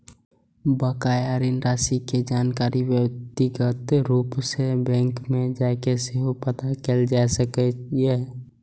बकाया ऋण राशि के जानकारी व्यक्तिगत रूप सं बैंक मे जाके सेहो पता कैल जा सकैए